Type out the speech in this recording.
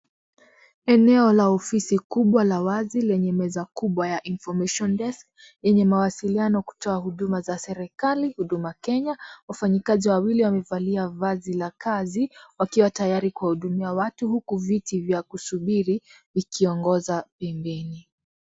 Eneo la ofisi kubwa la wazi lenye meza kubwa ya information desk , yenye mawasiliano kutoa huduma za serikali , huduma kenya. Wafanyakazi wawili wamevalia vazi la kazi, wakiwa tayari kuwahudumia watu, huku viti vya kusubiri vikiongoza pembeni.